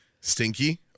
Stinky